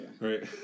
Right